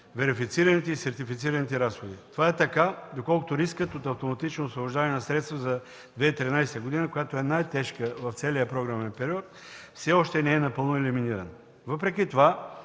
верифицираните и сертифицираните разходи. Това е така, доколкото рискът от автоматично освобождаване на средства за 2013 г., която е най-тежка в целия програмен период, все още не е напълно елиминиран. Въпреки това